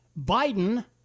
Biden